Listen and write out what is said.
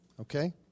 Okay